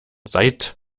seit